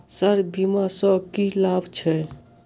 Sir बीमा सँ की लाभ छैय?